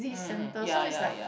mm mm ya ya ya